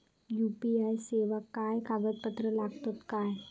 UPI सेवाक काय कागदपत्र लागतत काय?